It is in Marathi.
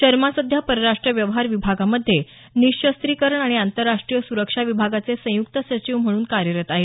शर्मा सध्या परराष्ट्र व्यवहार विभागामध्ये निशस्त्रीकरण आणि आंतरराष्ट्रीय सुरक्षा विभागाचे संयुक्त सचिव म्हणून कार्यरत आहेत